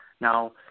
Now